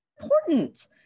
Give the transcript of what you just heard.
important